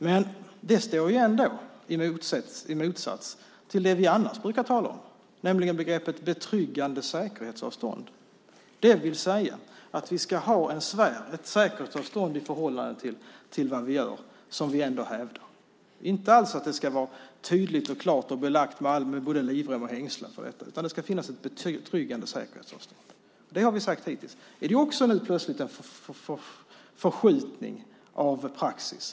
Men det står i motsats till det vi annars brukar tala om, nämligen begreppet betryggande säkerhetsavstånd, det vill säga att vi ska ha en sfär, ett säkerhetsavstånd i förhållande till vad vi gör, som vi hävdar. Det ska inte alls vara tydligt, klart och belagt med både livrem och hängslen, utan det ska finnas ett betryggande säkerhetsavstånd. Det har vi sagt hittills. Är det också nu plötsligt en förskjutning av praxis?